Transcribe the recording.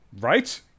Right